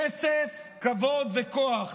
כסף, כבוד וכוח.